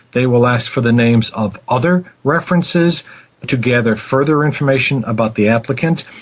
they will ask for the names of other references to gather further information about the applicant.